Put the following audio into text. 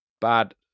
bad